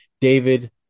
david